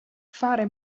fare